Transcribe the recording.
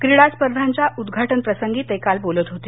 क्रीडा स्पर्धांच्या उदघाटन प्रसंगी ते बोलत होते